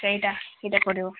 ସେଇଟା ସେଇଟା ପଡ଼ିବ